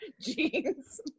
jeans